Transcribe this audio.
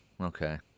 okay